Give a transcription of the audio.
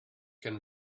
can